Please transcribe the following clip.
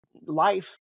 life